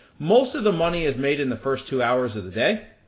most of the money is made in the first two hours of the day.